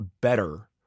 better